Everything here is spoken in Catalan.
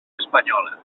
espanyola